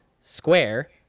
square